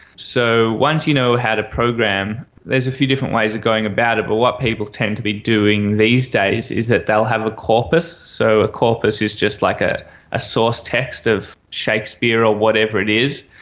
so once you know how to program there's a few different ways of going about it, but what people people tend to be doing these days is that they will have a corpus. so a corpus is just like a a source text of shakespeare or whatever it is.